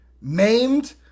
maimed